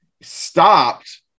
stopped